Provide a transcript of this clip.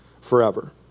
forever